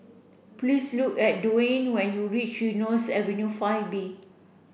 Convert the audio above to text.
please look at Dewayne when you reach Eunos Avenue five B